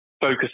focus